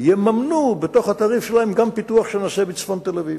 יממנו בתוך התעריף שלהם גם פיתוח שנעשה בצפון תל-אביב,